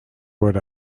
what